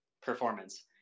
performance